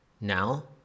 Now